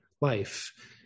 life